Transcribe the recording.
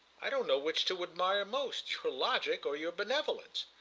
i don't know which to admire most, your logic or your benevolence.